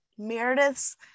meredith's